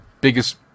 biggest